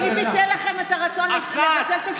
מי ביטל לכם את הרצון לבטל את הסבסוד של המעונות?